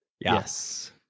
Yes